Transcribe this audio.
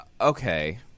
Okay